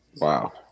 Wow